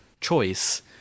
choice